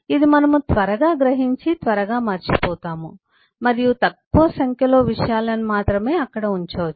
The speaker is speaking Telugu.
ఇది మనము త్వరగా గ్రహించి త్వరగా మరచిపోతాము మరియు తక్కువ సంఖ్యలో విషయాలను మాత్రమే అక్కడ ఉంచవచ్చు